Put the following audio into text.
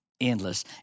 endless